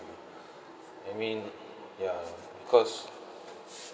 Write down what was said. I mean ya cause